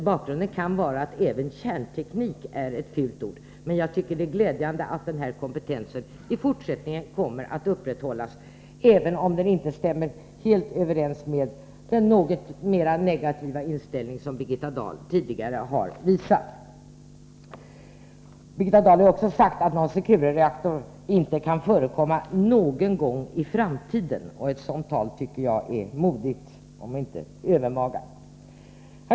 Bakgrunden kan vara att även ”kärnteknik” är ett fult ord, men jag tycker det är glädjande att denna kompetens i fortsättningen kommer att upprätthållas, även om det inte stämmer helt överens med den något mer negativa inställning som Birgitta Dahl tidigare har visat. Birgitta Dahl har också sagt att någon Securereaktor inte någon gång i framtiden kan förekomma. Ett sådant tal tycker jag är modigt, om inte övermaga.